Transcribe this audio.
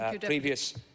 previous